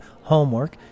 homework